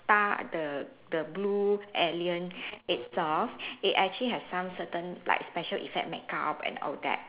~tar the the blue alien it soft it actually has some certain like special effect makeup and all that